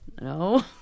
no